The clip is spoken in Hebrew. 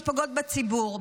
שפוגעות בציבור.